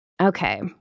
Okay